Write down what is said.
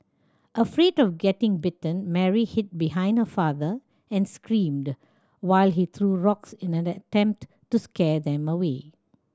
afraid of getting bitten Mary hid behind her father and screamed while he threw rocks in an attempt to scare them away